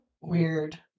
Weird